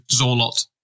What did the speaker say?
Zorlot